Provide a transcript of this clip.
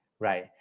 right